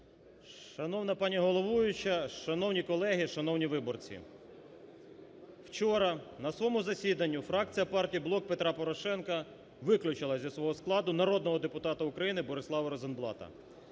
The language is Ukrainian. Шановна пані головуюча, шановні колеги, шановні виборці! Вчора на своєму засіданні фракція партії "Блок Петра Порошенка" виключила зі свого складу народного депутата України Борислава Розенблата